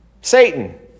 Satan